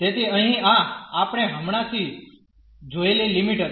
તેથી અહીં આ આપણે હમણાં થી જોયેલી લિમિટ હતી